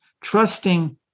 trusting